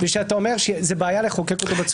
ושאתה אומר שזו בעיה לחוקק אותו בצורה זאת.